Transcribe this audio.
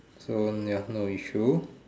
so ya no issue